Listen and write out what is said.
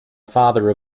father